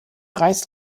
reist